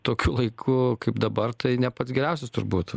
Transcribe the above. tokiu laiku kaip dabar tai ne pats geriausias turbūt